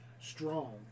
strong